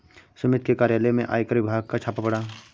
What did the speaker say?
सुमित के कार्यालय में आयकर विभाग का छापा पड़ा